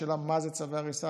השאלה היא מה זה צווי הריסה,